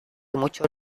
muchos